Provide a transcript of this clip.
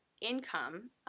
income